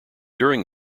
during